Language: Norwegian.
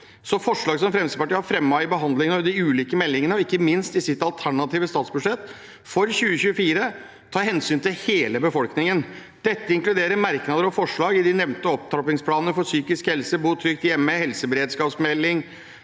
Forslag som Fremskrittspartiet har fremmet i behandlingen av de ulike meldingene, og ikke minst i sitt alternative statsbudsjett for 2024, tar hensyn til hele befolkningen. Dette inkluderer merknader og forslag i den nevnte opptrappingsplanen for psykisk helse, bo trygt hjemme-reformen, helseberedskapsmeldingen,